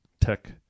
tech